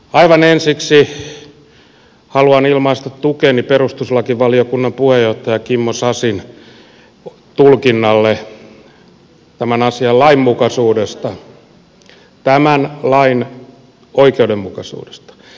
aivan ensiksi haluan ilmaista tukeni perustuslakivaliokunnan puheenjohtaja kimmo sasin tulkinnalle tämän asian lainmukaisuudesta tämän lain oikeudenmukaisuudesta